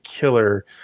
killer